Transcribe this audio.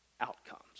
outcomes